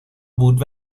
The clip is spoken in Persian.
بود